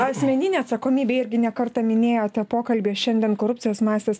asmeninė atsakomybė irgi ne kartą minėjote pokalbyje šiandien korupcijos mastas